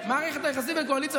שלוש וחצי שנים?